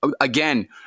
again